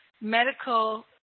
medical